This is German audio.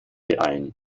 ein